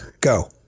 Go